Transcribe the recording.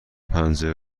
پنجره